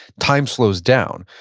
time slows down,